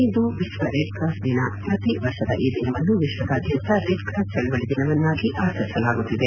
ಇಂದು ವಿಶ್ವ Red Cross ದಿನ ಪ್ರತಿ ವರ್ಷದ ಈ ದಿನವನ್ನು ವಿಶ್ವದಾದ್ದಂತ ರೆಡ್ ಕ್ರಾಸ್ ಚಳುವಳಿ ದಿನವನ್ನಾಗಿ ಆಚರಿಸಲಾಗುತ್ತಿದೆ